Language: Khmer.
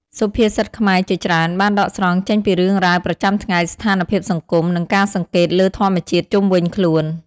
សុភាសិតខ្មែរជាច្រើនបានដកស្រង់ចេញពីរឿងរ៉ាវប្រចាំថ្ងៃ ស្ថានភាពសង្គម និងការសង្កេតលើធម្មជាតិជុំវិញខ្លួន។